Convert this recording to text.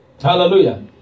hallelujah